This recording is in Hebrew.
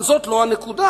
אבל זאת לא הנקודה,